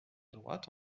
droite